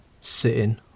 sitting